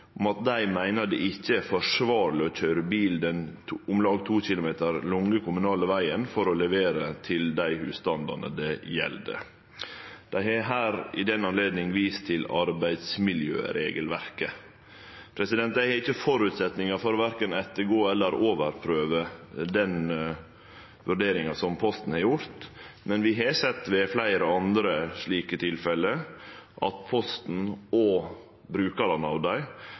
dei meiner det ikkje er forsvarleg å køyre bil den om lag 2 km lange kommunale vegen for å levere til dei husstandane det gjeld. Dei har i samband med det vist til arbeidsmiljøregelverket. Eg har ikkje føresetnader for verken å ettergå eller overprøve den vurderinga som Posten har gjort, men vi har ved fleire andre slike tilfelle sett at Posten og brukarane